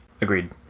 Agreed